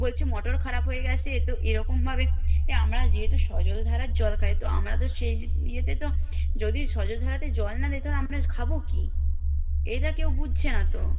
বলছি মোটর খারাপ হয়ে যাচ্ছে তো এরকমভাবে আমরা যেহেতু সজল ধারার জল খাই তো আমরা তো সেই ইয়েতে তো যদি সজল ধারাতে জল না দেয় তাহলে আমরা খাবো কী এটা কেউ বুঝছে না তো